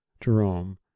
Jerome